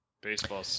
baseball